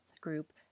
group